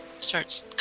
starts